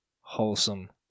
wholesome